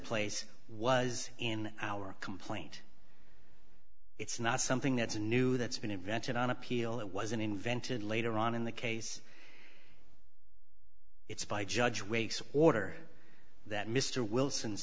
place was in our complaint it's not something that's a new that's been invented on appeal it was an invented later on in the case it's by judge wakes order that mr wilson